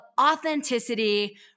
authenticity